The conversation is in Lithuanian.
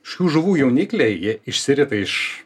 šių žuvų jaunikliai jie išsirita iš